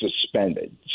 suspended